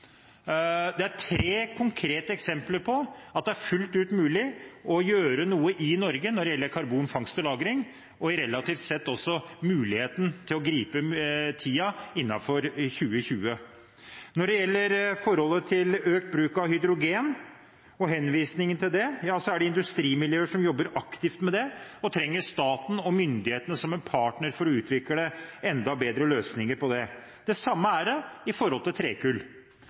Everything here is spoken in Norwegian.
gjøre noe i Norge når det gjelder karbonfangst og -lagring, og også relativt sett med tanke på muligheten til å gripe tiden innen 2020. Når det gjelder forholdet til økt bruk av hydrogen og henvisningen til det, er det industrimiljøer som jobber aktivt med dette, og som trenger staten og myndighetene som partner for å utvikle enda bedre løsninger. Det samme gjelder trekull. Det er industrimiljøene som faktisk vil gjennomføre kvantesprang teknologisk for å komme i en bedre posisjon når det gjelder forholdet til klimagassutslipp. Hva er det